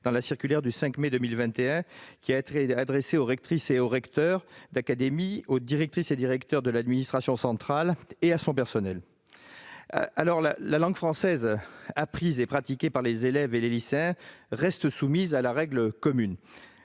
dans la circulaire du 5 mai 2021, adressée aux rectrices et aux recteurs d'académie, aux directrices et directeurs de l'administration centrale et à leur personnel. La langue française apprise et pratiquée par les élèves et les lycéens reste soumise à la règle commune.